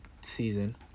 season